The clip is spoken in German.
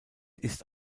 ist